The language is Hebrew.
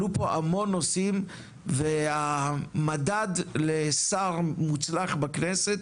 עלו פה המו נושאים והמדד לשר מוצלח בכנסת